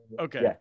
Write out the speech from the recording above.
Okay